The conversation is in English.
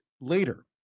later